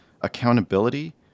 accountability